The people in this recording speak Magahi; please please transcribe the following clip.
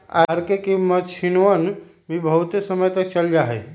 आर.के की मक्षिणवन भी बहुत समय तक चल जाहई